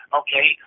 okay